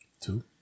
Two